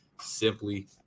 simply